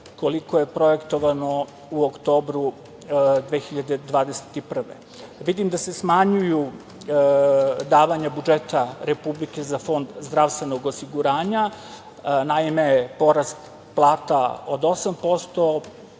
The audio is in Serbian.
koliko je projektovano u oktobru 2021. godine. Vidim da se smanjuju davanja budžeta Republike za Fond zdravstvenog osiguranja. Naime, porast plata od 8%